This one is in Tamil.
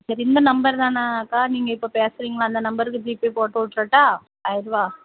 சரி இந்த நம்பர் தானேக்கா நீங்கள் இப்போ பேசுகிறீங்களே அந்த நம்பருக்கு ஜிபே போட்டு விட்றட்டா ஆயிரரூவா